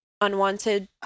unwanted